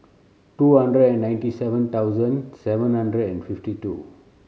two hundred and ninety seven thousand seven hundred and fifty two